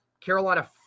Carolina